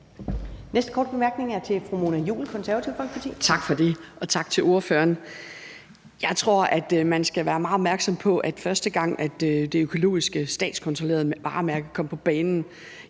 næste korte bemærkning er til fru Mona Juul, Det Konservative Folkeparti. Kl. 13:26 Mona Juul (KF): Tak for det. Og tak til ordføreren. Jeg tror, at man skal være meget opmærksom på, at første gang det statskontrollerede økologiske varemærke kom på banen,